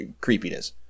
Creepiness